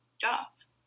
jobs